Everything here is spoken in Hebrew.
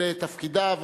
אלה תפקידיו.